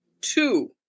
two